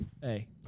hey